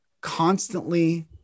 constantly